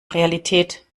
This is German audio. realität